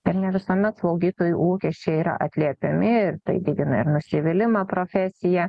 ir ne visuomet slaugytojų lūkesčiai yra atliepiami ir tai didina ir nusivylimą profesija